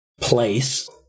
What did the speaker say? place